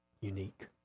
unique